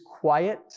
quiet